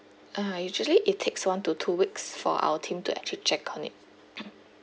uh usually it takes one to two weeks for our team to actually check on it